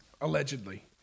allegedly